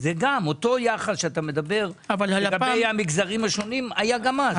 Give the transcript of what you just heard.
אותו יחס שאתה מדבר למגזרים השונים, היה גם אז.